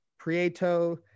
Prieto